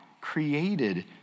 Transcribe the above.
created